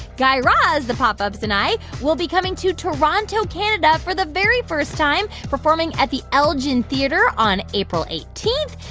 guy raz, the pop ups and i will be coming to toronto, canada, for the very first time, performing at the elgin theatre on april eighteen.